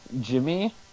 jimmy